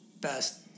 best